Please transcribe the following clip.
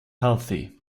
healthy